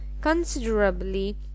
considerably